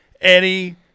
Eddie